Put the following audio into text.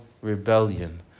rebellion